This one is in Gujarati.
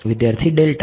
વિદ્યાર્થી ડેલ્ટા